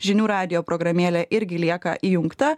žinių radijo programėlė irgi lieka įjungta